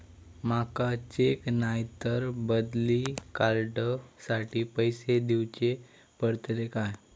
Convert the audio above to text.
माका चेक नाय तर बदली कार्ड साठी पैसे दीवचे पडतले काय?